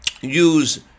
use